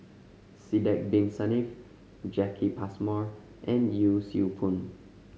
Sidek Bin Saniff Jacki Passmore and Yee Siew Pun